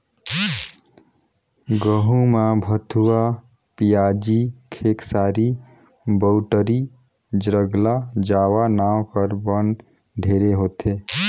गहूँ में भथुवा, पियाजी, खेकसारी, बउटरी, ज्रगला जावा नांव कर बन ढेरे होथे